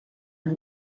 amb